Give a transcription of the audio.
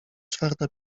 czwarta